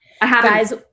Guys